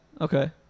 Okay